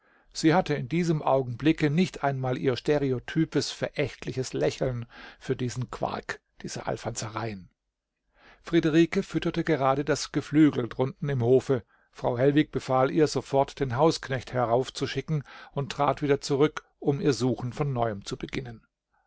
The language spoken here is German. sie hatte in diesem augenblicke nicht einmal ihr stereotypes verächtliches lächeln für diesen quark diese alfanzereien friederike fütterte gerade das geflügel drunten im hofe frau hellwig befahl ihr sofort den hausknecht heraufzuschicken und trat wieder zurück um ihr suchen von neuem zu beginnen